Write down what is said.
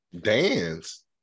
dance